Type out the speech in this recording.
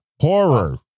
Horror